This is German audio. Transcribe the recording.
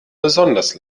besonders